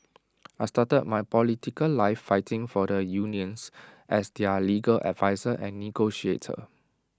I started my political life fighting for the unions as their legal adviser and negotiator